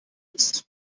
ist